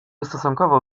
stosunkowo